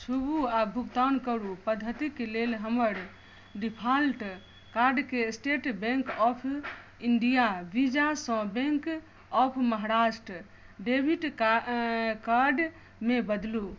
छुबू आ भुगतान करू पद्धतिक लेल हमर डिफाल्ट कार्डकेँ State Bank of India Visa सँ Bank of Maharashtra debit card मे बदलू